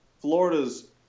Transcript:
Florida's –